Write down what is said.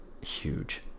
Huge